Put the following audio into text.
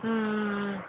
ம் ம் ம்